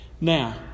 Now